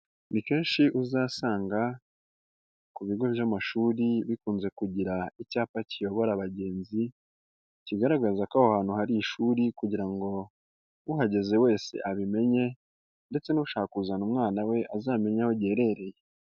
Ni kenshi uzasanga ku bigo by'amashuri bikunze kugira icyapa kiyobora abagenzi kigaragaza ko aho hantu hari ishuri kugira ngo uhageze wese abimenye ndetse n'ushaka kuzana umwana we azamenye aho giherereye.